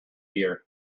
dear